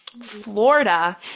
Florida